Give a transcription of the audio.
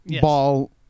Ball